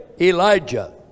Elijah